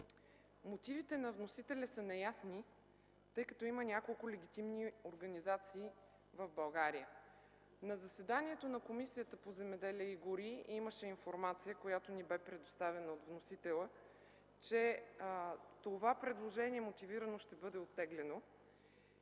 Мотивите на вносителя са неясни, тъй като има няколко легитимни организации в България. На заседанието на Комисията по земеделието и горите имаше информация, която ни бе предоставена от вносителя – че това предложение мотивирано ще бъде оттеглено.